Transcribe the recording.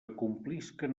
complisquen